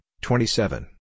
twenty-seven